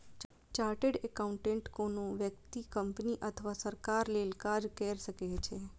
chartered accountant कोनो व्यक्ति, company अथवा सरकार लेल काज कैर सकै छै